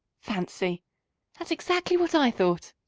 fancy that's exactly what i thought.